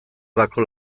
bako